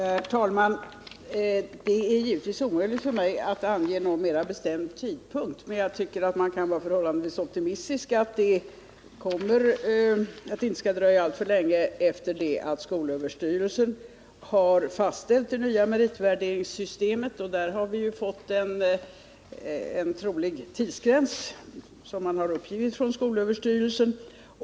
Herr talman! Det är givetvis omöjligt för mig att ange någon mera bestämd tidpunkt för avskaffandet av de graderade betygen. Men jag tror att man kan vara förhållandevis optimistisk. Det skall inte dröja alltför lång tid efter det att skolöverstyrelsen fastställt det nya meritvärderingssystemet. Där har vi ju fått en trolig tidsgräns, som man uppgivit från skolöverstyrelsen.